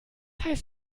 heißt